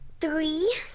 three